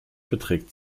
beträgt